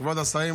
כבוד השרים,